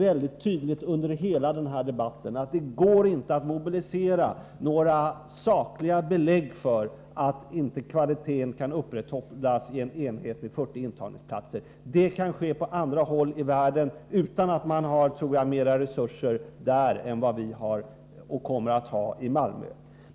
Jag tycker att det under denna debatt har framgått mycket tydligt att det inte går att mobilisera några sakliga argument för att kvaliteten inte kan upprätthållas vid en enhet med 40 intagningsplatser. Det kan man göra på andra håll i världen utan att ha större resurser än vad vi har och kommer att ha i Malmö.